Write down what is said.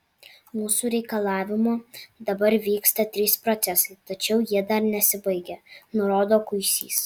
mūsų reikalavimu dabar vyksta trys procesai tačiau jie dar nesibaigę nurodo kuisys